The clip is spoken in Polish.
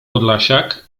podlasiak